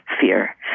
fear